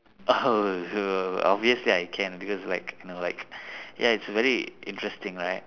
oh obviously I can because like you know like ya it's very interesting right